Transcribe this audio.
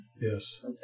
yes